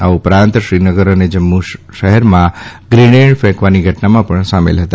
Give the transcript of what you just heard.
આ ઉપરાંત શ્રીનગર અને જમ્મુ શહેરમાં ગ્રેનેડ ફેંકવાની ઘટનામાં પણ સામેલ હતા